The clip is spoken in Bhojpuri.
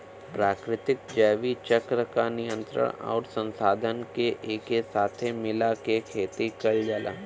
प्राकृतिक जैविक चक्र क नियंत्रण आउर संसाधन के एके साथे मिला के खेती कईल जाला